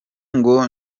ngo